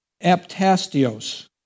aptastios